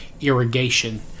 irrigation